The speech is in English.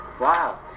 Wow